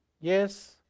Yes